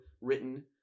written